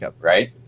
right